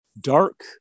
dark